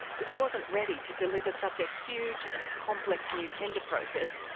which wasn't ready to deliver such a huge and complex new tender process,